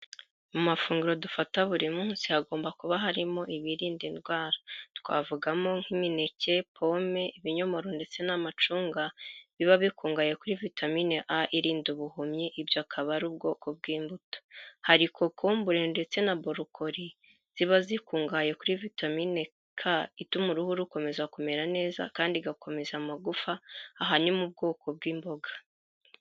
Mu mafunguro dufata buri munsi hagomba kuba harimo ibirinda indwara. Twavugamo nk'imineke, pome, ibinyomoro ndetse n'amacunga, biba bikungahaye kuri vitamine A irinda ubuhumyi, ibyo akaba ari ubwoko bw'imbuto. Hari kokumbure ndetse na borokori ziba zikungahaye kuri vitamin K ituma uruhu rukomeza kumera neza kandi igakomeza amagufa, aha ni mu bwoko bw'imboga.